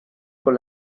con